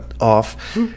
off